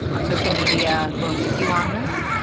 on social media who are with you on this,